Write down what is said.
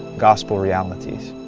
gospel realities.